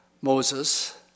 Moses